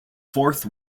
fourth